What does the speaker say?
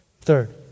Third